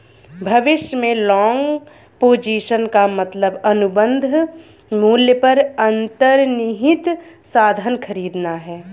भविष्य में long position का मतलब अनुबंध मूल्य पर अंतर्निहित साधन खरीदना है